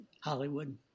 Hollywood